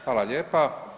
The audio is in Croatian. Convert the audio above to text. Hvala lijepa.